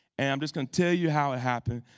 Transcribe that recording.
and i'm just going to tell you how it happened,